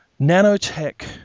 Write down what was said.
nanotech